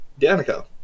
Danica